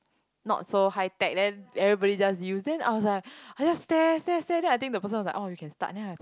not so high tech then everybody just use then I was like I just stare stare stare then I think the person was like oh you can start then I was like